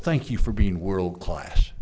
thank you for being world class